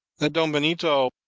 that don benito,